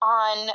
on